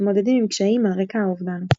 מתמודדים עם קשיים על רקע האובדן.